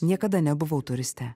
niekada nebuvau turiste